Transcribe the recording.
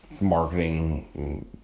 Marketing